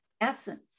essence